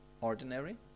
ordinary